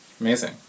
Amazing